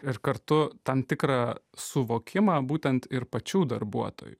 ir kartu tam tikrą suvokimą būtent ir pačių darbuotojų